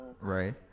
right